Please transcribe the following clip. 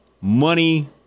Money